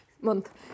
month